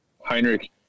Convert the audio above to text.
Heinrich